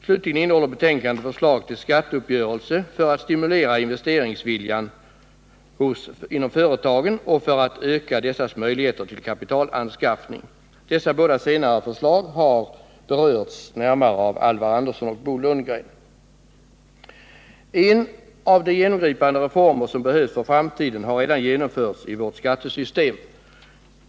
Slutligen innehåller betänkandet förslag till skatteuppgörelse för att stimulera investeringsviljan inom företagen och för att öka dessas möjligheter till kapitalanskaffning. Dessa båda förslag har närmare berörts av Alvar Andersson och Bo Lundgren. En av de genomgripande reformer som behövs för framtiden har redan genomförts i vårt skattesystem.